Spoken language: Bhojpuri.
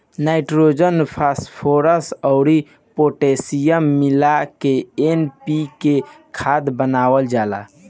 नाइट्रोजन, फॉस्फोरस अउर पोटैशियम मिला के एन.पी.के खाद बनावल जाला